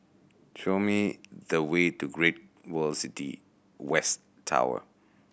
show me the way to Great World City West Tower